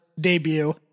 debut